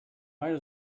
might